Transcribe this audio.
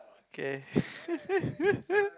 okay